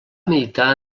militar